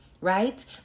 right